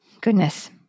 Goodness